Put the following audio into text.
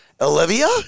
Olivia